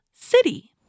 city